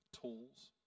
tools